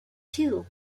two